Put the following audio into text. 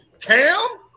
Cam